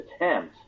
attempt